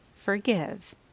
Forgive